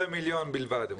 17 מיליון בלבד.